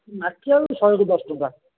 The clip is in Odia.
ମାଟି ଆଳୁ ଶହେକୁ ଦଶ ଟଙ୍କା